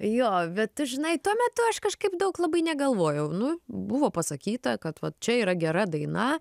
jo bet tu žinai tuo metu aš kažkaip daug labai negalvojau nu buvo pasakyta kad vat čia yra gera daina